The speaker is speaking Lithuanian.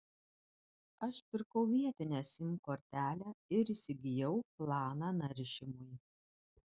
aš pirkau vietinę sim kortelę ir įsigijau planą naršymui